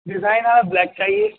design ہمیں black چاہیے